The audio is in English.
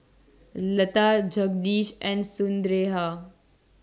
Lata Jagadish and Sundaraiah